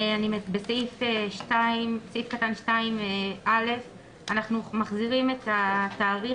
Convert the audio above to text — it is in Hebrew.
בסעיף קטן (2)(א) אנחנו מחזירים את התאריך,